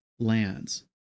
Lands